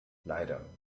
leider